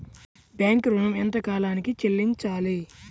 Bank ఋణం ఎంత కాలానికి చెల్లింపాలి?